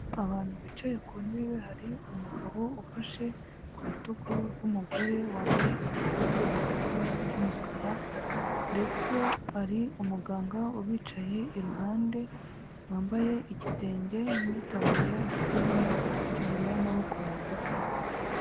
Abantu bicaye ku ntebe, hari umugabo ufashe ku rutugu rw'umugore wambaye agakoti gafite ibara ry'umukara, ndetse hari umuganga ubicaye iruhande, wambaye igitenge n'itaburiya ifite ibara ry'ubururu y'amaboko magufi.